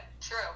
True